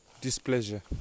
displeasure